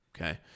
okay